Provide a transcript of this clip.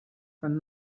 from